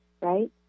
right